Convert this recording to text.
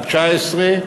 על 19,